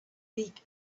beak